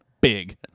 big